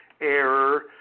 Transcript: error